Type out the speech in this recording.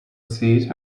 seat